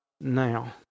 now